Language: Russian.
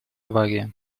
авария